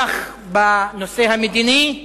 כך בנושא המדיני,